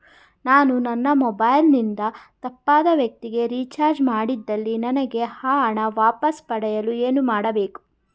ನಾನು ನನ್ನ ಮೊಬೈಲ್ ಇಂದ ತಪ್ಪಾದ ವ್ಯಕ್ತಿಗೆ ರಿಚಾರ್ಜ್ ಮಾಡಿದಲ್ಲಿ ನನಗೆ ಆ ಹಣ ವಾಪಸ್ ಪಡೆಯಲು ಏನು ಮಾಡಬೇಕು?